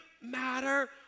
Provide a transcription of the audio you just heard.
matter